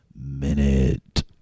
minute